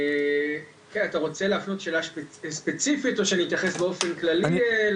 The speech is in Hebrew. אתה רוצה להפנות שאלה ספציפית או שאני אתייחס באופן כללי.